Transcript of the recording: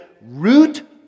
root